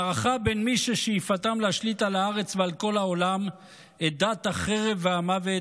מערכה בין מי ששאיפתם להשליט על הארץ ועל כל העולם את דת החרב והמוות,